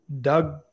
Doug